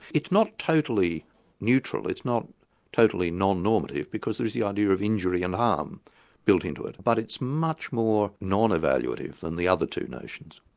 it's not totally neutral, it's not totally non-normative, because there is the idea of injury and harm built into it, but it's much more non-evaluative than the other two notions.